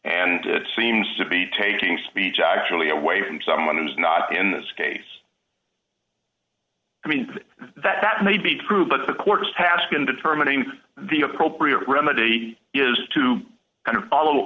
and it seems to be taking speech actually away from someone who's not in this case i mean that that may be true but the court's task in determining the appropriate remedy is to kind of follow